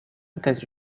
états